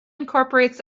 incorporates